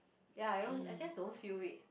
ya I know I just don't feel it